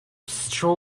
straw